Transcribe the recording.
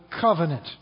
covenant